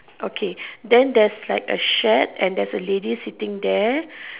okay then there's like a shed and there's a lady sitting there